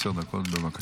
עשר דקות, בבקשה.